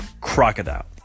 crocodile